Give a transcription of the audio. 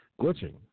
glitching